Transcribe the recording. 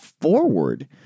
forward